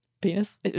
Penis